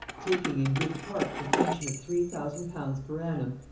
taking in good part the pension of three thousand pounds per annum,